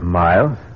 miles